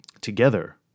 together